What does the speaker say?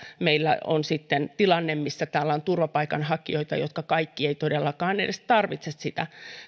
meillä on sitten tilanne missä täällä on turvapaikanhakijoita jotka kaikki eivät todellakaan edes tarvitse sitä